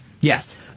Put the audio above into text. Yes